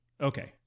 Okay